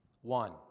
One